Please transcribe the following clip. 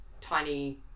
tiny